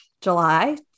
July